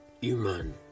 human